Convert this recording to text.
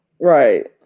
right